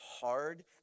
hard